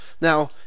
Now